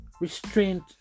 Restraint